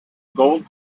gold